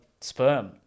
sperm